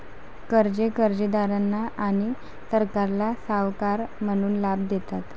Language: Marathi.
कर्जे कर्जदारांना आणि सरकारला सावकार म्हणून लाभ देतात